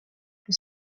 que